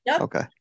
okay